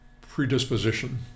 predisposition